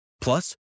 Plus